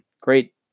great